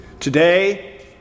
Today